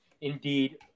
indeed